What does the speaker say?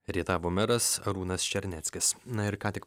rietavo meras arūnas černeckis na ir ką tik